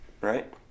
right